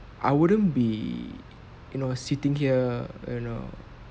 I wouldn't be you know sitting here you know